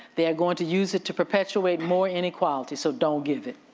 they are going to use it to perpetuate more inequality so don't give it,